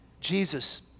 Jesus